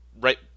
right